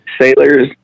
sailors